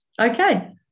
Okay